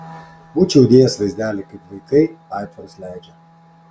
būčiau įdėjęs vaizdelį kaip vaikai aitvarus leidžia